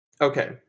okay